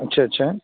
اچھا اچھا